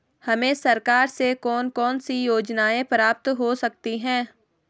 हमें सरकार से कौन कौनसी योजनाएँ प्राप्त हो सकती हैं?